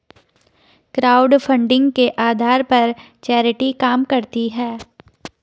crowdfunding के आधार पर चैरिटी काम करती है